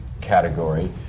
category